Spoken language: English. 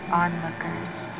onlookers